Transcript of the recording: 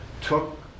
took